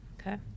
okay